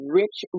rich